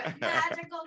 Magical